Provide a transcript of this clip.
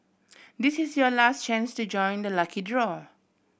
this is your last chance to join the lucky draw